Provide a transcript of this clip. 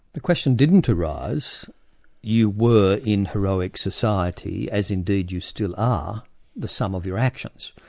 the question didn't arise you were in heroic society as indeed you still are the sum of your actions,